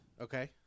Okay